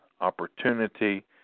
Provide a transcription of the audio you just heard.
opportunity